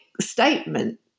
statement